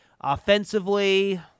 Offensively